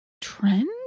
trend